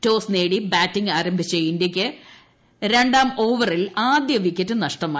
toss നേടി batting ആരംഭിച്ച ഇന്ത്യയ്ക്ക് രണ്ടാം ഓവറിൽ ആദ്യ വിക്കറ്റ് നഷ്ടമായി